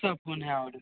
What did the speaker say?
सबको नया ऑर्डर